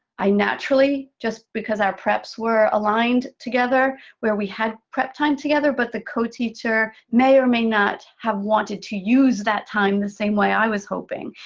i naturally, just because our preps were aligned together, where we had prep time together, but the co-teacher may or may not have wanted to use that time the same way i was hoping.